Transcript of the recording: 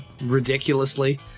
ridiculously